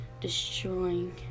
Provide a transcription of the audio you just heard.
destroying